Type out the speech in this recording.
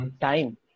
time